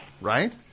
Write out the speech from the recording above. Right